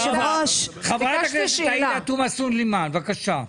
חברת הכנסת עאידה תומא סלימאן, בבקשה.